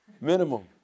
Minimum